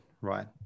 right